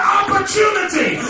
opportunity